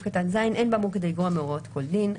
"(ז) אין באמור כדי לגרוע מהוראות כל דין.